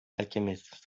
alchemist